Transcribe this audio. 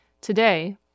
Today